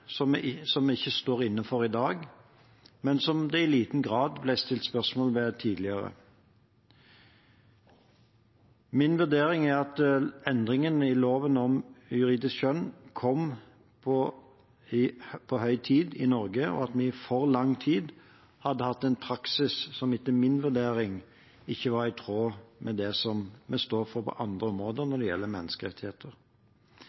som vi ikke står inne for i dag, men som det i liten grad ble stilt spørsmål om tidligere. Min vurdering er at det var på høy tid endringen i loven om juridisk kjønn kom i Norge, og at vi i for lang tid hadde hatt en praksis som etter min vurdering ikke var i tråd med det som vi står for på andre områder